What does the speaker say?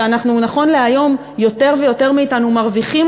שנכון להיום יותר ויותר מאתנו מרוויחים